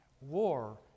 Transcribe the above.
war